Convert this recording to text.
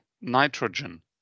nitrogen